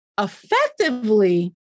effectively